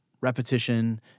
repetition